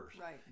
right